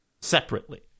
Separately